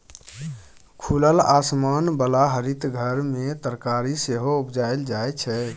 खुलल आसमान बला हरित घर मे तरकारी सेहो उपजाएल जाइ छै